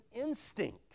instinct